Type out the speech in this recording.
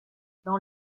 dans